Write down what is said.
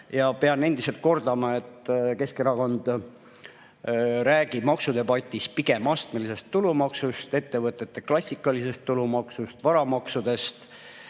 Pean endiselt kordama, et Keskerakond räägib maksudebatis pigem astmelisest tulumaksust, ettevõtete klassikalisest tulumaksust ja varamaksudest.